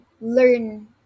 learn